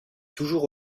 toujours